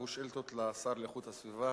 והוא שאילתות לשר לאיכות הסביבה,